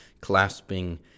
clasping